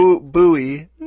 buoy